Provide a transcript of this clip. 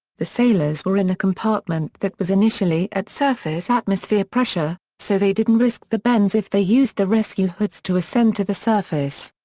the sailors were in a compartment that was initially at surface atmosphere pressure, so they didn't risk the bends if they used the rescue hoods to ascend to the surface.